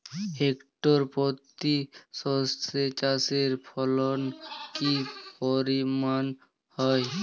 Hectare প্রতি সর্ষে চাষের ফলন কি পরিমাণ হয়?